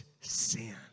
sin